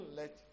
let